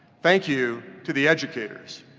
thank you to the educators,